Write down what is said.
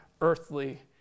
earthly